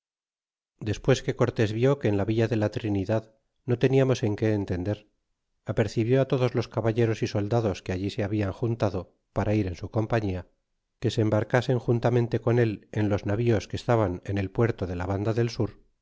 despues que cortés vió que en la villa de la trinidad no teniamos en que entender apercibió todos los caballeros y soldados que allí se hablan juntado para ir en su compañía que se embarcasen juntamente con él en los navíos que estaban en el puerto do la banda del sue